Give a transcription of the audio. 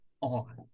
on